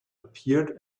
appeared